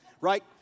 Right